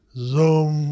Zoom